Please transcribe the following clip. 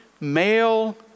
male